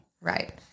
Right